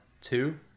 two